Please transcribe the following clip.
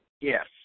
Yes